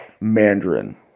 Mandarin